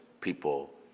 people